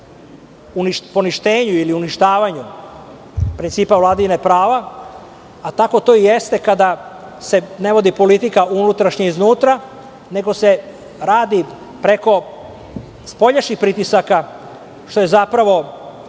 o poništenju ili uništavanju principa vladavine prava, a tako to i jeste kada se ne vodi politika unutrašnja iznutra, nego se radi preko spoljašnjih pritisaka, što je zapravo